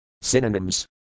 Synonyms